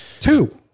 two